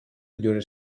your